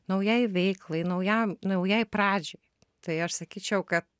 naujai veiklai naujam naujai pradžiai tai aš sakyčiau kad